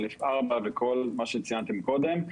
א.4 וכל מה שציינתם קודם,